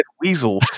weasel